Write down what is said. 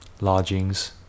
lodgings